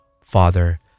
Father